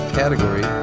category